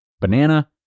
banana